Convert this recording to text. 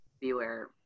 Beware